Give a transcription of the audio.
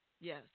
Yes